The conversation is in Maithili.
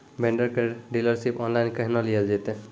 भेंडर केर डीलरशिप ऑनलाइन केहनो लियल जेतै?